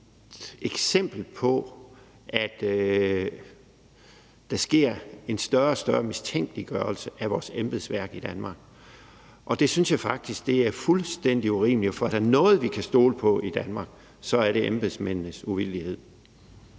eksempel på, at der sker en større og større mistænkeliggørelse af vores embedsværk i Danmark, og det synes jeg faktisk er fuldstændig urimeligt. For er der noget, vi kan stole på i Danmark, så er det embedsmændenes uvildighed.